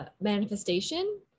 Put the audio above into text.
manifestation